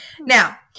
Now